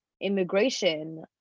immigration